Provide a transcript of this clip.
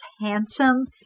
handsome